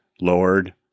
Lord